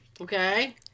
Okay